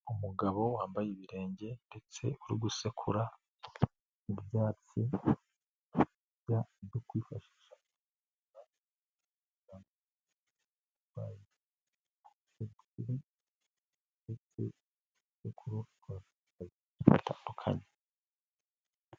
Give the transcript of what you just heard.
Umugabo wambaye ibirenge ndetse uri gusekura ibyatsi, ibyatsi byo kwifashisha kuko afite uburwayi ku kuboko ahantu hatandukanye.